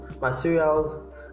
materials